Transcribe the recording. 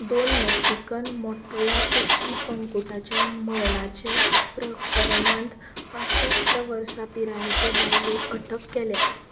दोन मॅक्सिकन मोटव्या कुस्तीपंकुटाच्या मर्णाच्या प्रकरणांत पासश्ट वर्सां पिरायेचे बायलेक अटक केल्या